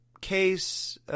case –